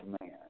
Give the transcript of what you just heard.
man